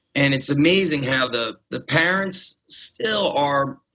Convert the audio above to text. and it's amazing how the the parents still are,